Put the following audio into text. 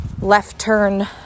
left-turn